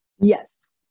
Yes